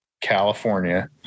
California